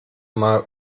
mal